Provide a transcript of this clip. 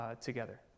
together